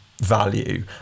value